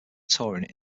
touring